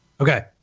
Okay